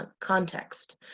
context